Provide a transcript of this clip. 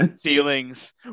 feelings